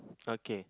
okay